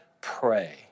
pray